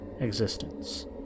existence